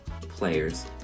players